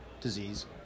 disease